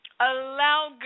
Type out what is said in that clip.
Allow